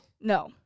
No